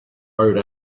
rode